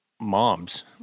moms